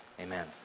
amen